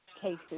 Cases